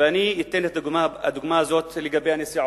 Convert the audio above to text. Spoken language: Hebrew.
ואני אתן את הדוגמה של הנסיעות.